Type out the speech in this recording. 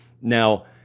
Now